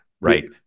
Right